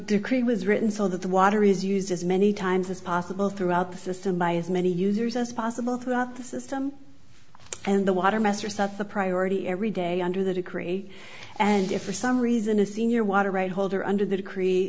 decree was written so that the water is used as many times as possible throughout the system by as many users as possible throughout the system and the water master stuff the priority every day under the decree and if for some reason a senior water right holder under that cree